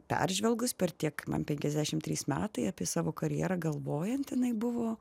peržvelgus per tiek man penkiasdešim trys metai apie savo karjerą galvojant jinai buvo